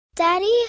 Daddy